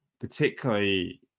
Particularly